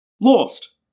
lost